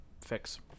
fix